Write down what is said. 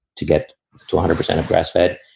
to get two hundred percent of grass fed,